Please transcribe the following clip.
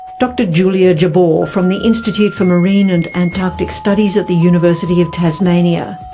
dr julia jabour from the institute for marine and antarctic studies at the university of tasmania.